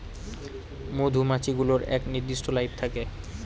মধুমাছি গুলোর এক নির্দিষ্ট লাইফ থাকে